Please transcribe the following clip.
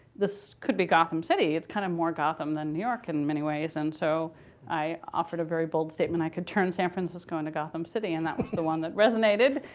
this could be gotham city. it's kind of more gotham than new york in many ways. and so i offered a very bold statement, i could turn san francisco into gotham city, and that the one that resonated.